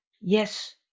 yes